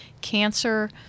cancer